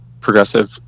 progressive